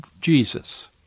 Jesus